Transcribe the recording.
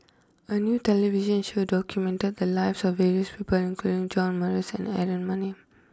a new television show documented the lives of various people including John Morrice and Aaron Maniam